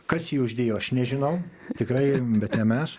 kas jį uždėjo aš nežinau tikrai bet ne mes